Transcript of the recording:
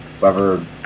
whoever